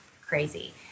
crazy